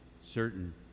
certain